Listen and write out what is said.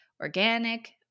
Organic